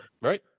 Right